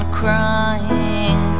crying